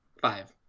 Five